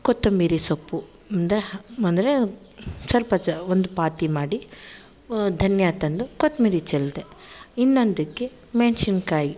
ಕೊತ್ತಂಬರಿ ಸೊಪ್ಪು ಅಂದರೆ ಅಂದರೆ ಸ್ವಲ್ಪ ಜ ಒಂದು ಪಾತಿ ಮಾಡಿ ಧನಿಯಾ ತಂದು ಕೊತ್ಮಿರಿ ಚೆಲ್ಲಿದೆ ಇನ್ನೊಂದಕ್ಕೆ ಮೆಣ್ಶಿನ್ಕಾಯಿ